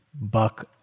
buck